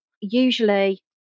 Usually